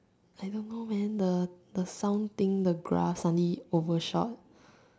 I don't know the sound thing the grass something suddenly overshot